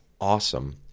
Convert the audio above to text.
awesome